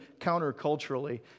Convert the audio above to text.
counterculturally